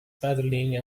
paddling